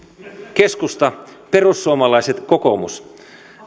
keskusta perussuomalaiset kokoomus